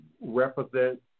represent